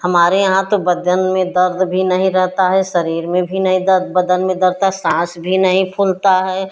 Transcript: हमारे यहाँ तो बदन में दर्द भी नहीं रहता है शरीर में भी नहीं दर्द बदन में दरता साँस भी नहीं फूलता है